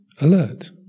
alert